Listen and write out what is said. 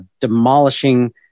demolishing